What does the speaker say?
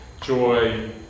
joy